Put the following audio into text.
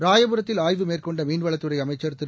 ராயபுரத்தில் ஆய்வு மேற்கொண்ட மீன்வளத்துறை அமைச்சர் திரு